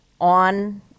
on